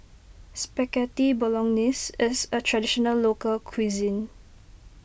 Spaghetti Bolognese is a Traditional Local Cuisine